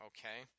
Okay